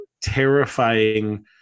terrifying